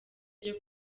ryo